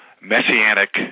messianic